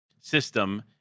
system